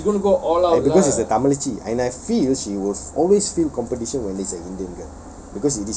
and because it is a தமிலச்சி:thamilachi and I feel she will always feel competition when it's an indian girl